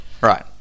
Right